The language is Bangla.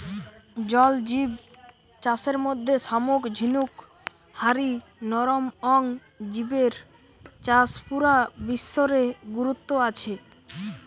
জল জিব চাষের মধ্যে শামুক ঝিনুক হারি নরম অং জিবের চাষ পুরা বিশ্ব রে গুরুত্ব আছে